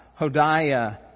Hodiah